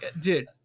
Dude